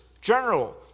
general